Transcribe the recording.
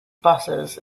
buses